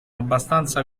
abbastanza